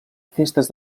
festes